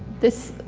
this,